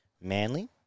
Manly